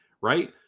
right